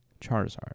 Charizard